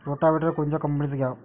Rotavator कोनच्या कंपनीचं घ्यावं?